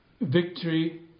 victory